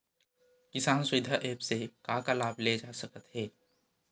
किसान सुविधा एप्प से का का लाभ ले जा सकत हे?